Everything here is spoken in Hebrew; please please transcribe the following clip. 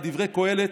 כדברי קהלת: